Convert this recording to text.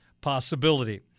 possibility